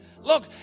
Look